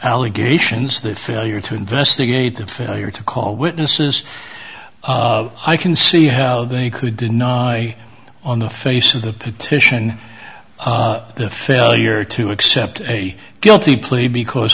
allegations that failure to investigate the failure to call witnesses i can see how they could deny on the face of the petition the failure to accept a guilty plea because